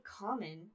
common